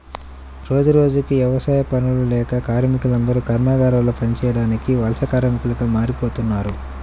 రోజురోజుకీ యవసాయ పనులు లేక కార్మికులందరూ కర్మాగారాల్లో పనులు చేయడానికి వలస కార్మికులుగా మారిపోతన్నారు